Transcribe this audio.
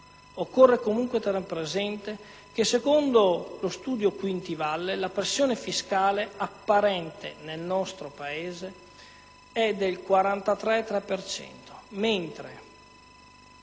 Occorre comunque tener presente che secondo lo studio Quintavalle la pressione fiscale apparente nel nostro Paese è del 43,3 per